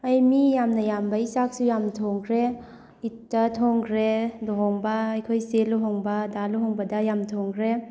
ꯑꯩ ꯃꯤ ꯌꯥꯝꯅ ꯌꯥꯝꯕꯩ ꯆꯥꯛꯁꯨ ꯌꯥꯝ ꯊꯣꯡꯈ꯭ꯔꯦ ꯏꯗꯇ ꯊꯣꯡꯈ꯭ꯔꯦ ꯂꯨꯍꯣꯡꯕ ꯑꯩꯈꯣꯏ ꯆꯦ ꯂꯨꯍꯣꯡꯕ ꯗꯥ ꯂꯨꯍꯣꯡꯕꯗ ꯌꯥꯝ ꯊꯣꯡꯈ꯭ꯔꯦ